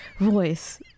voice